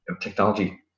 technology